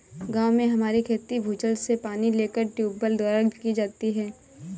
गांव में हमारी खेती भूजल से पानी लेकर ट्यूबवेल द्वारा की जाती है